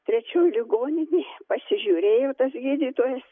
trečioj ligoninėj pasižiūrėjo tas gydytojas